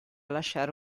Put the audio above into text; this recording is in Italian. lasciare